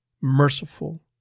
merciful